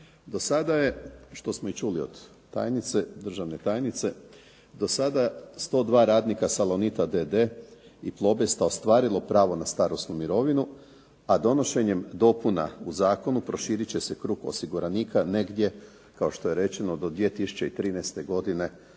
Do sada je, što smo i čuli od tajnice, državne tajnice, do sada 102 radnika "Salonita d.d." i "Plobesta" ostvarilo pravo na starosnu mirovinu, a donošenjem dopuna u zakonu proširit će se krug osiguranika negdje, kao što je rečeno, do 2013. godine